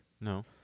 No